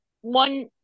one